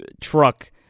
truck